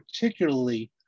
particularly